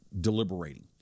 deliberating